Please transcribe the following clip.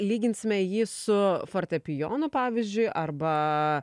lyginsime jį su fortepijonu pavyzdžiui arba